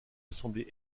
assemblée